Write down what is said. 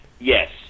Yes